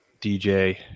dj